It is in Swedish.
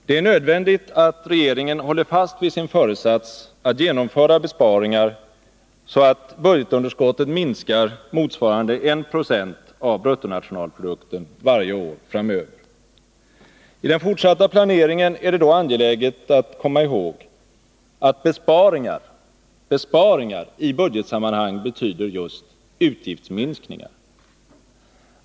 Det är nödvändigt att regeringen håller fast vid sin föresats att genomföra besparingar, så att budgetunderskottet minskar motsvarande 1 96 av bruttonationalprodukten varje år framöver. I den fortsatta planeringen är det då angeläget att komma ihåg, att besparingar i budgetsammanhang betyder just utgiftsminskningar.